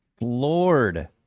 Lord